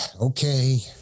okay